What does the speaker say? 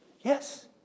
Yes